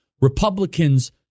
Republicans